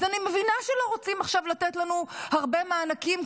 אז אני מבינה שלא רוצים עכשיו לתת לנו הרבה מענקים,